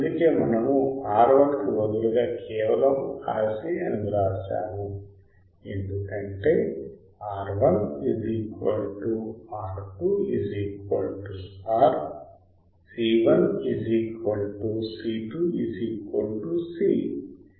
అందుకే మనము R1 కి బదులుగా కేవలం RC అని వ్రాసాము ఎందుకంటే ఎందుకంటే R1 R2 R C1 C2 C